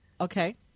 Okay